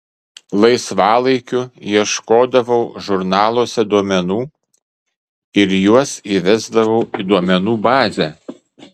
laisvalaikiu ieškodavau žurnaluose duomenų ir juos įvesdavau į duomenų bazę